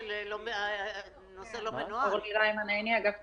לא מצאתם את הפתרונות למעונות היום והפעוטונים עד גיל שלוש.